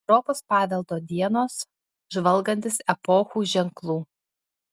europos paveldo dienos žvalgantis epochų ženklų